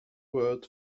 word